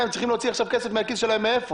הן צריכות להוציא כסף מהכיס שלהן מאיפה?